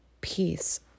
peace